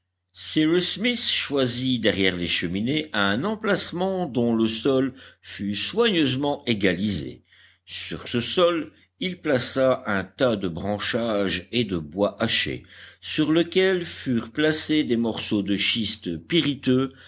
choisit derrière les cheminées un emplacement dont le sol fût soigneusement égalisé sur ce sol il plaça un tas de branchages et de bois haché sur lequel furent placés des morceaux de schistes pyriteux